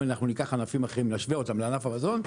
אם אנחנו ניקח ענפים אחרים ונשווה אותם לענף המזון,